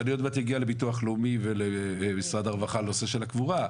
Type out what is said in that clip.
ואני עוד מעט אגיע לביטוח לאומי ולמשרד הרווחה על הנושא של הקבורה.